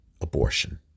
abortion